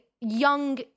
young